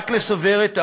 רק לסבר את האוזן,